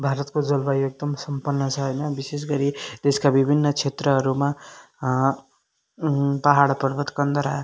भारतको जलवायु एकदम सम्पन्न छ होइन विशेष गरी देशका विभिन्न क्षेत्रहरूमा पहाड पर्वत कन्दरा